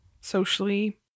socially